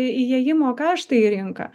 įėjimo kaštai į rinką